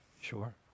sure